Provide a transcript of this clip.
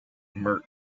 mark